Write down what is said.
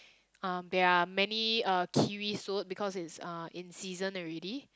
um there are many uh kiwi sold because it's uh in season already